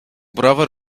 brother